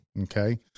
Okay